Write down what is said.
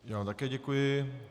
Já také děkuji.